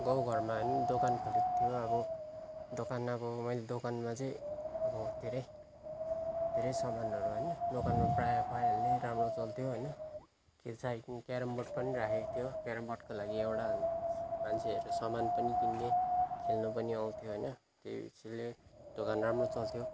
गाउँ घरमा होइन दोकान खोलेको थियो अब दोकान अब मैले दोकानमा चाहिँ अब धेरै धेरै सामानहरू होइन दोकानमा प्रायः पाइहाल्ने राम्रो चल्थ्यो होइन त्यो साइडमा क्यारमबोर्ड पनि राखेको थियो क्यारमबोर्डको लागि एउटा मान्छेहरू सामान पनि किन्ने खेल्नु पनि आउँथ्यो होइन त्यसैले दोकान राम्रो चल्थ्यो